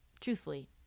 truthfully